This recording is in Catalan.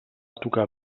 tocar